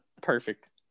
perfect